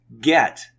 Get